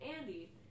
Andy